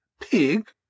Pig